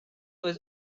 was